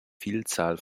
vielzahl